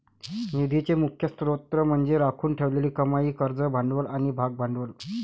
निधीचे मुख्य स्त्रोत म्हणजे राखून ठेवलेली कमाई, कर्ज भांडवल आणि भागभांडवल